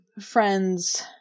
friends